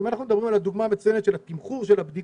אם אנחנו מדברים על הדוגמה המצוינת של תמחור הבדיקות,